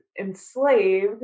enslaved